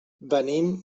venim